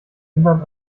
innern